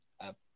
up